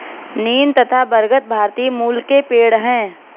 नीम तथा बरगद भारतीय मूल के पेड है